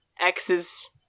X's